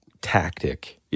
tactic